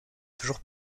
toujours